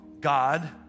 God